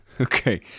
Okay